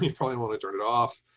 probably want to turn it off.